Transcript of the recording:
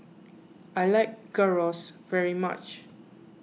I like Gyros very much